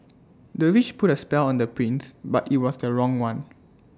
the witch put A spell on the prince but IT was the wrong one